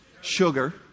Sugar